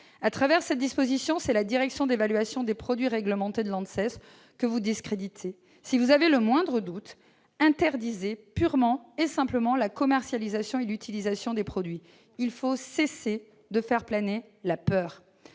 Au travers de cette disposition, c'est la direction d'évaluation des produits réglementés de l'ANSES que vous discréditez. Si vous avez le moindre doute, interdisez purement et simplement la commercialisation et l'utilisation des produits ! Il faut cesser de faire planer la peur